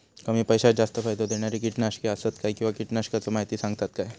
कमी पैशात जास्त फायदो दिणारी किटकनाशके आसत काय किंवा कीटकनाशकाचो माहिती सांगतात काय?